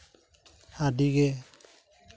ᱟᱹᱰᱤᱜᱮ